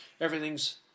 everything's